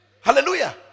Hallelujah